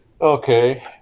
Okay